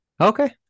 Okay